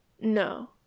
no